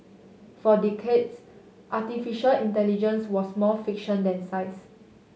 for decades artificial intelligence was more fiction than science